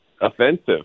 offensive